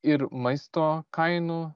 ir maisto kainų